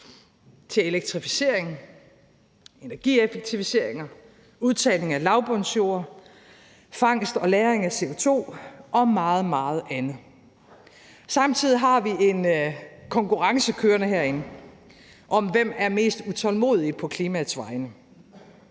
til elektrificering, energieffektiviseringer, udtagning af lavbundsjorder, fangst og lagring af CO2 og meget, meget andet. Samtidig har vi en konkurrence kørende herinde om, hvem der er mest utålmodige på klimaets vegne.